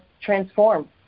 transform